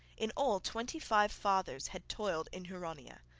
in all twenty-five fathers had toiled in huronia.